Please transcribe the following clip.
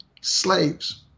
slaves